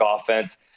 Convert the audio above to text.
offense